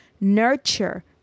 nurture